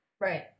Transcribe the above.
right